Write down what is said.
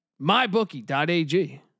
MyBookie.ag